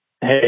Hey